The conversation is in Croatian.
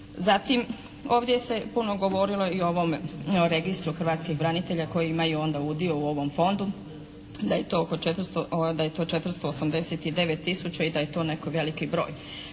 Zatim, ovdje se puno govorilo i o ovom registru hrvatskih branitelja koji imaju onda udio u ovom fondu, da je to 489 tisuća i da je neki veliki broj.